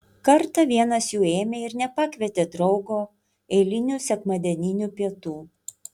kartą vienas jų ėmė ir nepakvietė draugo eilinių sekmadieninių pietų